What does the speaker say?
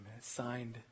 signed